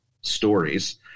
stories